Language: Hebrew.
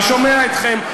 אני שומע אתכם,